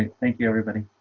thank you everybody